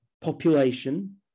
population